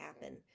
happen